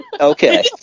okay